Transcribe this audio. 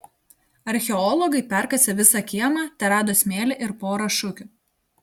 archeologai perkasę visą kiemą terado smėlį ir porą šukių